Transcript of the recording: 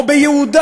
או ביהודה